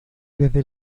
desde